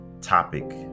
topic